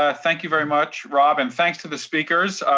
ah thank you very much, rob. and thanks to the speakers.